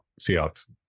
Seahawks